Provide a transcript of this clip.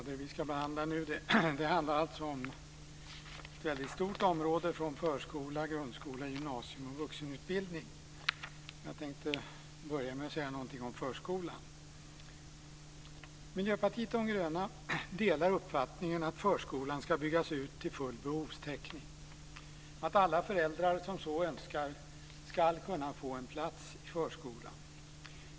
Fru talman! Vi behandlar nu ett väldigt stort område, som omfattar förskola, grundskola, gymnasium och vuxenutbildning. Jag ska börja med att säga något om förskolan. Miljöpartiet de gröna delar uppfattningen att förskolan ska byggas ut till full behovstäckning, så att alla föräldrar som så önskar ska kunna få plats för sina barn i förskolan.